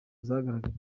zagaragaye